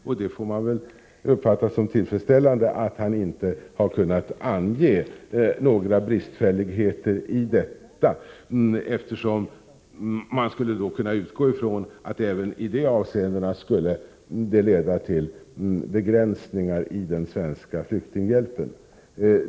Man får väl uppfatta det som tillfredsställande att han inte har kunnat ange några bristfälligheter i detta, eftersom man kan utgå från att hans förslag i så fall även i dessa avseenden skulle leda till begränsningar i den svenska flyktinghjälpen.